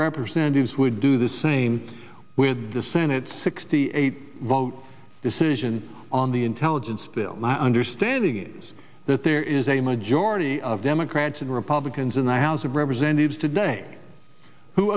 representatives would do the same with the senate sixty eight vote decision on the intelligence bill my understanding is that there is a majority of democrats and republicans in the house of representatives today who